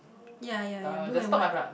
ya ya ya blue and white